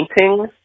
painting